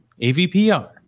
avpr